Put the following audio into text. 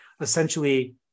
essentially